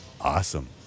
awesome